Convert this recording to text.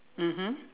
mmhmm